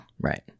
Right